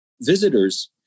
visitors